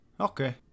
Okay